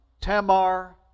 tamar